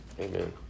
Amen